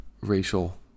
racial